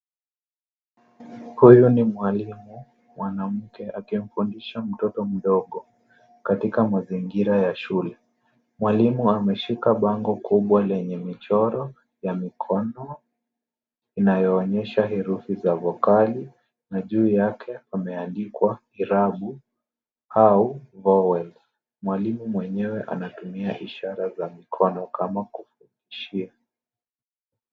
Huyu ni mwalimu mwanamke akimfundisha mtoto mdogo katika mazingira ya shule. Mwalimu ameshika bango kubwa lenye michoro ya mikono inayoonyesha herufi za vokali na juu yake pameandikwa irabu au vowels Mwalimu mwenyewe anatumia ishara za mikono kama kufundishia.